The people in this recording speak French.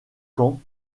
camp